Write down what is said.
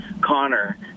connor